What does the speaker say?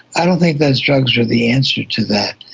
i don't think those drugs are the answer to that.